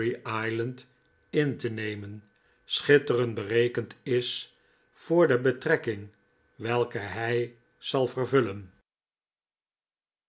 island in te nemen schitterend berekend is voor de betrekking welke hij zal vervullen